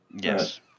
Yes